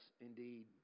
indeed